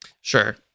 sure